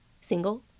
single